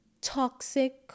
toxic